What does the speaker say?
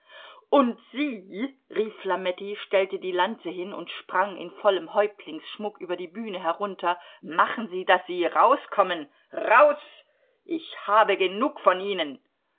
und sie rief flametti stellte die lanze hin und sprang in vollem häuptlingsschmuck über die bühne herunter machen sie daß sie rauskommen raus ich habe genug von ihnen